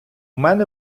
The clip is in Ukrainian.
мене